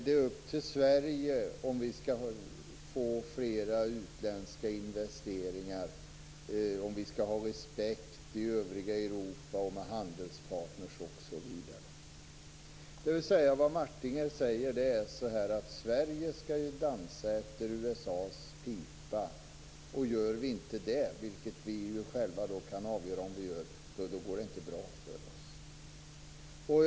Det är alltså upp till Sverige om vi skall få flera utländska investeringar, om vi skall ha respekt i övriga Europa, hos handelspartner, osv. Vad Martinger säger är att Sverige skall dansa efter USA:s pipa, och om vi inte gör det - vilket vi själva kan avgöra - går det inte bra för oss.